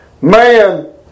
man